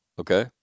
Okay